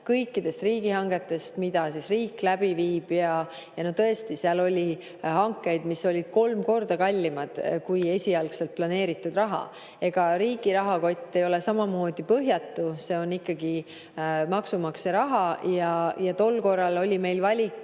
kõikide riigihangete kohta, mida riik läbi viib. Tõesti, seal oli hankeid, mis olid kolm korda kallimad, kui esialgu oli planeeritud. Ega riigi rahakott ei ole põhjatu, see on ikkagi maksumaksja raha. Tol korral oli meil valik